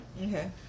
Okay